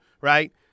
right